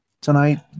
tonight